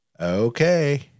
Okay